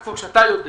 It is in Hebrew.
כמו שאתה יודע